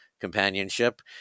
companionship